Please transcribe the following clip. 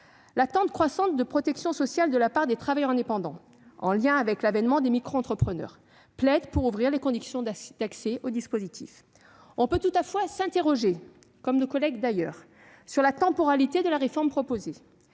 L'attente croissante de protection sociale de la part des travailleurs indépendants, en lien avec l'avènement des microentrepreneurs, plaide pour ouvrir les conditions d'accès au dispositif. On peut toutefois s'interroger, à la suite de nos collègues rapporteurs, sur la temporalité de la réforme proposée,